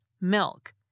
milk